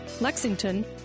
Lexington